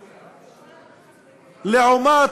לעומת,